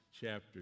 chapter